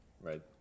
right